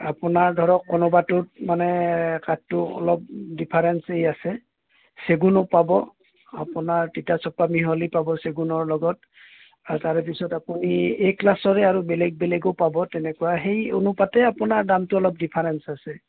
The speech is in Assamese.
আপোনাৰ ধৰক কোনোবাটোত মানে কাঠটো অলপ ডিফাৰেঞ্চেই আছে চেগুনো পাব আপোনাৰ তিতাচপা মিহলি পাব চেগুনৰ লগত আৰু তাৰে পিছত আকৌ এই এই ক্লাছৰে আৰু বেলেগ বেলেগো পাব তেনেকুৱা সেই অনুপাতে আপোনাৰ দামটো অলপ ডিফাৰেঞ্চ আছে